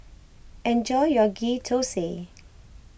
enjoy your Ghee Thosai